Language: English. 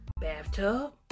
bathtub